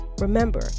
remember